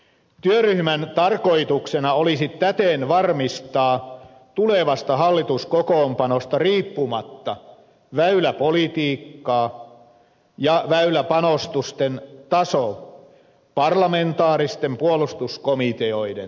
työryhmän tarkoituksena olisi täten varmistaa tulevasta hallituskokoonpanosta riippumatta väyläpolitiikassa väyläpanostusten taso parlamentaaristen puolustuskomiteoiden tapaan